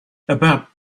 about